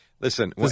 Listen